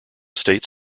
state